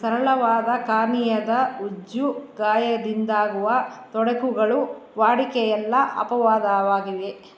ಸರಳವಾದ ಕಾರ್ನಿಯದ ಉಜ್ಜುಗಾಯದಿಂದಾಗುವ ತೊಡಕುಗಳು ವಾಡಿಕೆಯಲ್ಲ ಅಪವಾದವಾಗಿವೆ